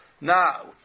Now